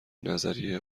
نظریه